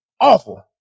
awful